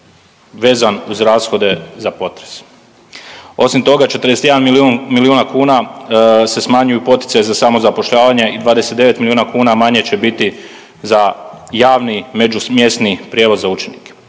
vezan uz rashode za potres. Osim toga 41 milijuna kuna se smanjuju poticaji za samozapošljavanje i 29 milijuna kuna manje će biti za javni međumjesni prijevoz za učenike.